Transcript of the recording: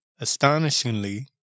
Astonishingly